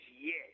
yes